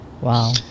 wow